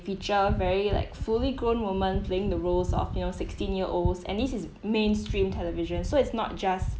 feature very like fully grown women playing the roles of you know sixteen year olds and this is mainstream television so it's not just